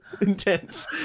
intense